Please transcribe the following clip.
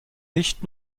nicht